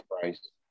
price